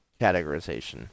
categorization